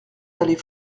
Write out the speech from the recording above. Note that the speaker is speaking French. allée